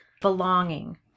Belonging